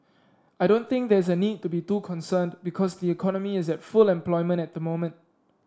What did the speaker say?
I don't think there's a need to be too concerned because the economy is at full employment at the moment